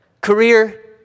Career